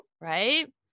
Right